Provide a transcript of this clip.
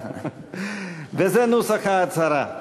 וזה נוסח ההצהרה: